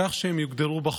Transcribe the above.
כך שהם יוגדרו בחוק.